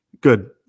Good